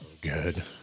good